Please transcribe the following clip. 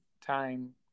time